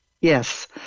Yes